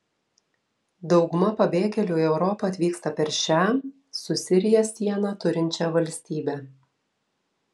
dauguma pabėgėlių į europą atvyksta per šią su sirija sieną turinčią valstybę